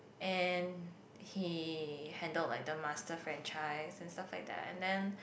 and he handled like the master franchise and stuff like that and then